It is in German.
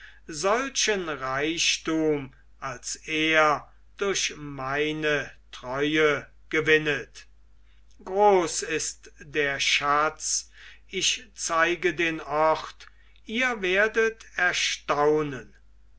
solchen reichtum als er durch meine treue gewinnet groß ist der schatz ich zeige den ort ihr werdet erstaunen